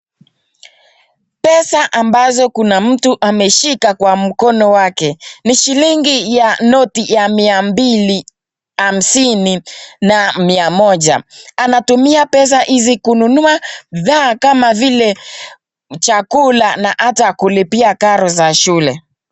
Pesa ambazo kuna mtu ameshika kwa mkono wake, ni shillingi ya noti ya mia mbili hamsini na mia moja .Anatumia pesa hizi kununua bidhaa kama vile chakula na ata kulipia karo za shule.